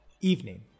evening